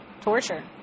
torture